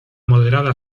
moderada